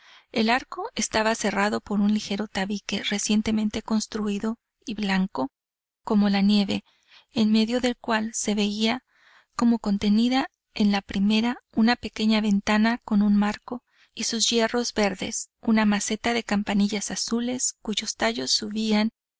el arco estaba cerrado por un ligero tabique recientemente construido y blanco como la nieve en medio del cual se veía como contenida en la primera una pequeña ventana con un marco y sus hierros verdes una maceta de campanillas azules cuyos tallos subían